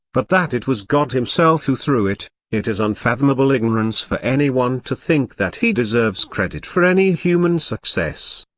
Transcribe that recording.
but that it was god himself who threw it, it is unfathomable ignorance for anyone to think that he deserves credit for any human success.